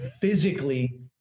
physically –